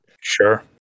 Sure